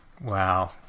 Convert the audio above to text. Wow